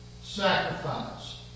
sacrifice